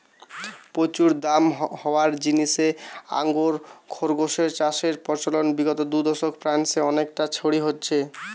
প্রচুর দাম হওয়ার জিনে আঙ্গোরা খরগোস চাষের প্রচলন বিগত দুদশকে ফ্রান্সে অনেকটা ছড়ি যাইচে